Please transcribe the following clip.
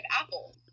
apples